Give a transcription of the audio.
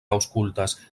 aŭskultas